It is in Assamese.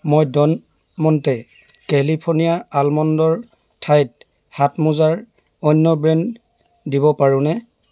মই ড'ন মণ্টে কেলিফৰ্ণিয়া আলমণ্ডৰ ঠাইত হাত মোজাৰ অন্য ব্ৰেণ্ড দিব পাৰোঁনে